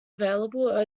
available